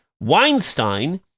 Weinstein